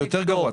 זה יותר גרוע.